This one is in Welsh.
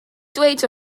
dweud